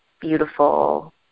beautiful